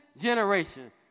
generation